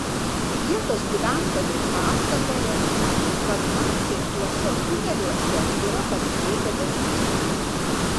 vietos gyventojai pasakoja kad naciai tuose tuneliuose yra paslėpę vertybių